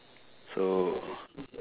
so